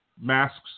masks